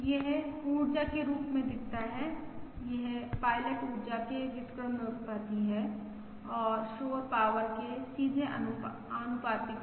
यह ऊर्जा के रूप में दिखता है यह पायलट ऊर्जा के व्युत्क्रमानुपाती है और शोर पाॅवर के सीधे आनुपातिक है